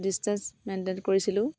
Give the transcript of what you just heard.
distance maintain কৰিছিলোঁ